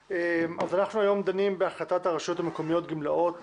היום אנחנו דנים בהחלטת הרשויות המקומיות (גמלאות